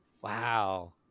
Wow